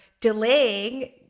delaying